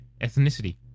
Ethnicity